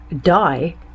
die